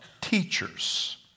teachers